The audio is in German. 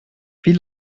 wie